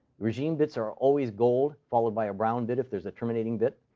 regime bits are always gold followed by a brown bit if there's a terminating bit.